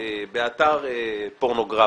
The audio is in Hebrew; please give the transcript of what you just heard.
באתר פורנוגרפי,